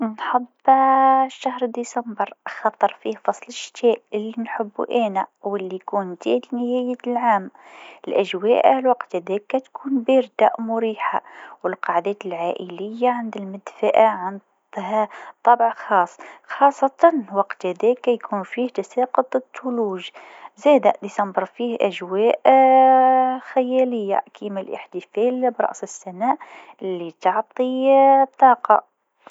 شهر المفضل هو رمضان. نحب الشهر هذا خاطر فيه روحانية خاصة، ونقعد مع العائلة والأصحاب. الأجواء تكون مميزة، والفطور يكون لذيذ، نحب الأكلات التقليدية. زيدا، السهرات بعد الفطور تكون حلوة، ونحب نشارك في الأعمال الخيرية. رمضان يعطينا فرصة نعيد التفكير في حياتنا ونقرب من بعضنا، وهذا يخلي الشهر هذا مميز برشا!